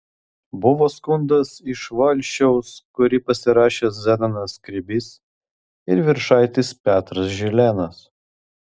buvo skundas iš valsčiaus kurį pasirašė zenonas skrebys ir viršaitis petras žilėnas